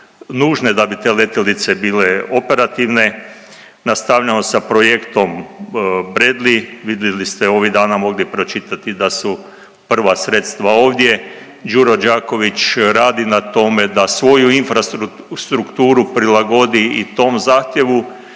da bi te letjelice bile operativne. Nastavljamo sa projektom Bradley, vidjeli ste ovih dana mogli pročitati da su prva sredstva ovdje. Đuro Đaković radi na tome da svoju infrastrukturu prilagodi i tom zahtjevu